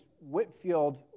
Whitfield